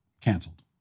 canceled